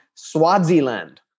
swaziland